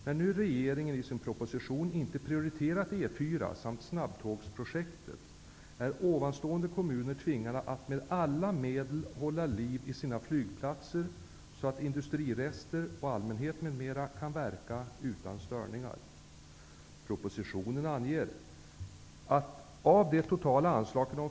När nu regeringen i sin proposition inte har prioriterat E4 samt snabbtågsprojektet, är ovan nämnda kommuner tvingade att med alla medel hålla liv i sina flygplatser, så att industrirester och allmänhet m.m. kan verka utan störningar.